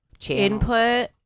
input